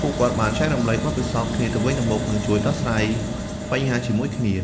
ពួកគាត់បានចែករំលែកបទពិសោធន៍គ្នាទៅវិញទៅមក និងជួយដោះស្រាយបញ្ហាជាមួយគ្នា។